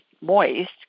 moist